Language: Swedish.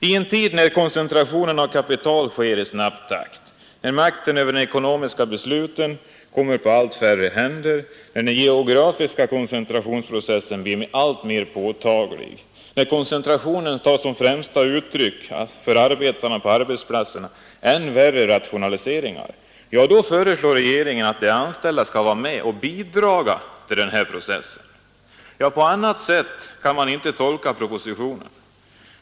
I en tid när koncentrationen av kapital sker i snabb takt, när makten över de ekonomiska besluten kommer på allt färre händer, när den geografiska koncentrationsprocessen blir alltmer påtaglig, när koncentrationen för arbetarna på arbetsplatserna främst tar sig uttryck i än värre rationaliseringar, då föreslår regeringen att de anställda skall vara med och bidraga till denna process. På annat sätt kan man inte tolka propositionen.